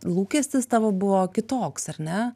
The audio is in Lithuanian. lūkestis tavo buvo kitoks ar ne